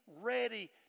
ready